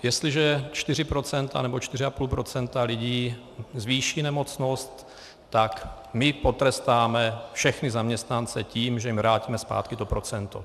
Jestliže čtyři procenta nebo čtyři a půl procenta lidí zvýší nemocnost, tak my potrestáme všechny zaměstnance tím, že jim vrátíme zpátky to procento.